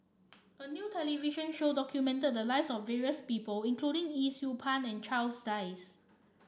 a new television show documented the lives of various people including Yee Siew Pun and Charles Dyce